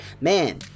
man